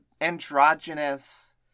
androgynous